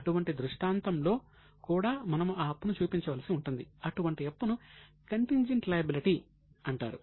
అటువంటి దృష్టాంతంలో కూడా మనము ఆ అప్పును చూపించవలసి ఉంటుంది అటువంటి అప్పును కంటింజెంట్ లయబిలిటీ అంటారు